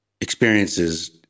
experiences